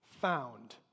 found